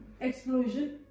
explosion